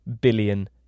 billion